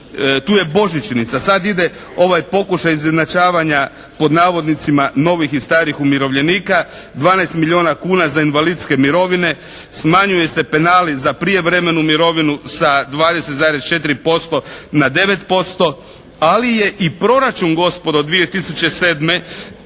Tu je božićnica. Sad ide ovaj pokušaj izjednačavanja pod navodnicima novih i starih umirovljenika. 12 milijuna kuna za invalidske mirovine. Smanjuju se penali za prijevremenu mirovinu sa 20,4% na 9%. Ali je i proračun gospodo 2007. za